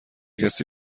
کسی